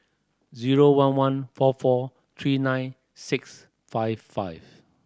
zero one one four four three nine six five five